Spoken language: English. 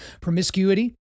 promiscuity